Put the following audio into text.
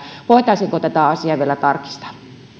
voitaisiinko tätä asiaa vielä tarkistaa